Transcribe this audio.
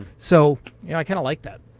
so i kind of like that.